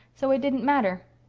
so it didn't matter.